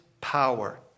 power